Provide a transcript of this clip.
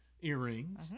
earrings